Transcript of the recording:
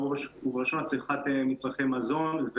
בראש ובראשונה צריכת מצרכי מזון,